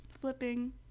Flipping